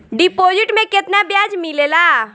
Deposit मे केतना बयाज मिलेला?